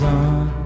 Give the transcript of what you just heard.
on